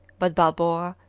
but balboa,